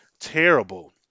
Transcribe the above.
terrible